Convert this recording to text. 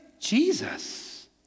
Jesus